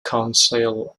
council